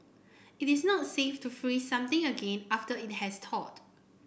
it is not safe to freeze something again after it has thawed